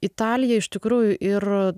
italija iš tikrųjų ir